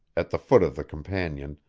at the foot of the companion,